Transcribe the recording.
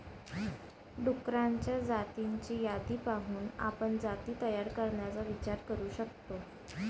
डुक्करांच्या जातींची यादी पाहून आपण जाती तयार करण्याचा विचार करू शकतो